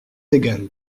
égal